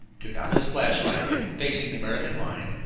took out his flashlight, and, facing the american line,